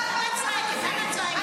את אולי צריכה לשבת בכלוב --- החטופים.